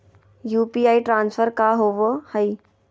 UPI transfer का होव हई?